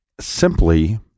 simply